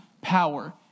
power